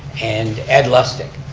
and ed lustig.